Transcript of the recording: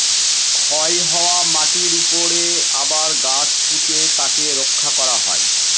ক্ষয় হওয়া মাটিরর উপরে আবার গাছ পুঁতে তাকে রক্ষা করা হয়